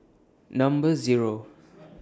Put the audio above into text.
Number Zero